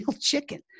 chicken